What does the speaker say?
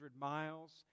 miles